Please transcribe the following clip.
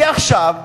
כי עכשיו,